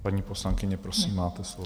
Paní poslankyně, prosím, máte slovo.